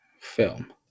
film